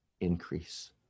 increase